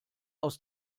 aus